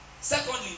Secondly